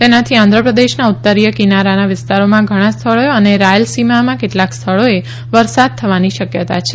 તેનાથી આંધ્રપ્રદેશના ઉત્તરીય કિનારાના વિસ્તારોમાં ઘણાં સ્થળોએ અને રાયલસીમામાં કેટલાક સ્થળોએ વરસાદ થવાની શક્યતા છે